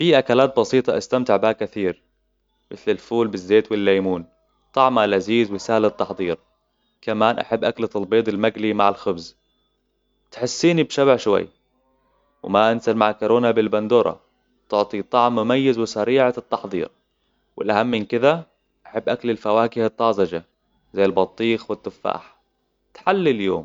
في أكلات بسيطة أستمتع بها كثير مثل الفول بالزيت والليمون طعمها لذيذ وسهل التحضير كمان أحب أكلة البيض المقلي مع الخبز تحسيني بشبع شوي وما أنسي المعكرونة بالبندورة تعطي طعم مميز وسريعة التحضير والأهم من كذا أحب أكل الفواكه الطازجة زي البطيخ والتفاح تحلي اليوم